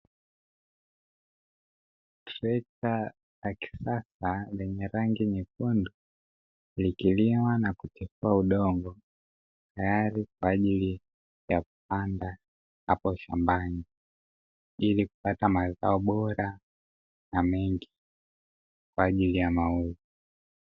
Trekta la kisasa lenye rangi nyekundu, likilima na kutifua udongo, tayari kwa ajili ya kupanda hapo shambani, ili kupata mazao bora na mengi kwa ajili ya mauzo.